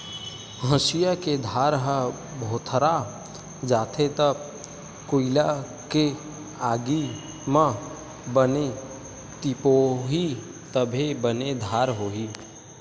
हँसिया के धार ह भोथरा जाथे त कोइला के आगी म बने तिपोही तभे बने धार होही